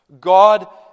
God